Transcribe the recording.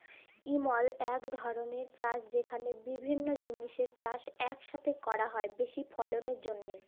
ইমল ইক ধরলের চাষ যেখালে বিভিল্য জিলিসের চাষ ইকসাথে ক্যরা হ্যয় বেশি ফললের জ্যনহে